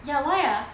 ya why ah